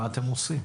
מה אתם עושים?